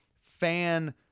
fan-